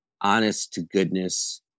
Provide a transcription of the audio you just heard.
honest-to-goodness